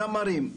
זמרים,